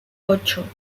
ocho